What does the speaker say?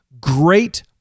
great